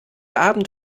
abend